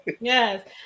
Yes